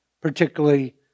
particularly